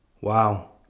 wow